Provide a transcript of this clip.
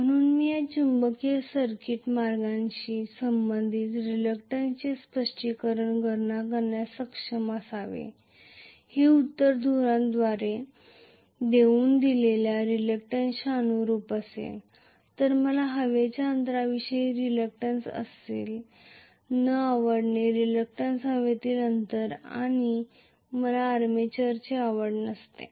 म्हणून मी या चुंबकीय सर्किट मार्गाशी संबंधित रिलक्टंन्स ची स्पष्टपणे गणना करण्यास सक्षम असावे जे उत्तर ध्रुवाद्वारे देऊ केलेल्या रिलक्टंन्सच्या अनुरुप असेल उदाहरणार्थ नंतर मी हवेच्या अंतराविषयी रेलूक्टन्स दाखवित आहे इन्डक्टन्स नाही हवेच्या अंतराची रेलूक्टन्स आहे आणि मला आर्मेचरची रेलूक्टन्स असेल